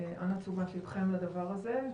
אנא תשומת לבכם לדבר הזה,